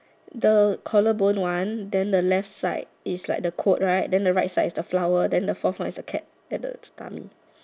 the collarbone one then the left side is like the quote right then the right side the flower then the fourth one is the cat at the tummy